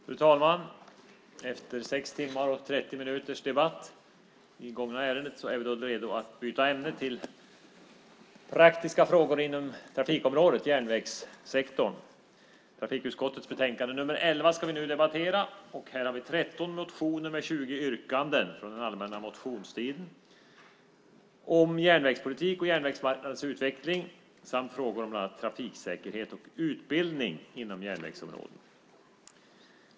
Fru talman! Efter 6 timmar och 30 minuters debatt i det förra ärendet är vi redo att byta ämne till praktiska frågor inom trafikområdet - järnvägssektorn. Vi ska nu debattera trafikutskottets betänkande 11. Där behandlas 13 motioner med 20 yrkanden från allmänna motionstiden om järnvägspolitik och järnvägsmarknadens utveckling samt frågor om bland annat trafiksäkerhet och utbildning inom järnvägsområdet.